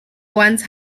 wants